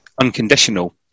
unconditional